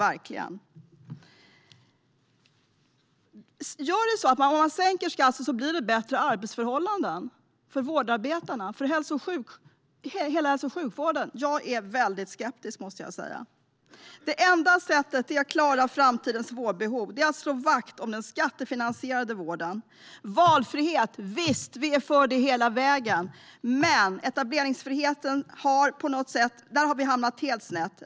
Blir det bättre arbetsförhållanden för vårdarbetarna och hela hälso och sjukvården om man sänker skatten? Jag är väldigt skeptisk, måste jag säga. Det enda sättet att klara framtidens vårdbehov är att slå vakt om den skattefinansierade vården. Valfrihet, visst, vi är för det, men när det gäller etableringsfriheten har vi hamnat helt snett.